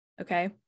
okay